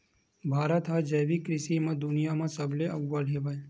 भारत हा जैविक कृषि मा दुनिया मा सबले अव्वल हवे